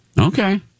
Okay